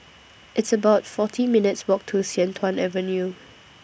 It's about forty minutes' Walk to Sian Tuan Avenue